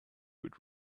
would